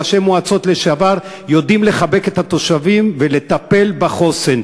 ראשי מועצות לשעבר יודעים לחבק את התושבים ולטפל בחוסן.